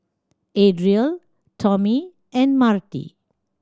Adriel Tomie and Marti